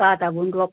आदा बन्द'क